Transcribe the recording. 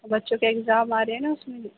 بچوں کے اگزام آ رہے ہیں نا اس میں